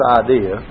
idea